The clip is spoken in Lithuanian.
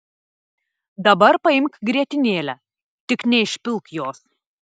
dabar paimk grietinėlę tik neišpilk jos